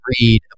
read